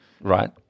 Right